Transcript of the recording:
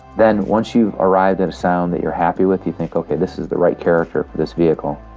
then once you've arrived at a sound that you're happy with. you think, okay, this is the right character for this vehicle.